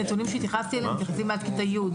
הנתונים שהתייחסתי אליו הם עד כתה י'.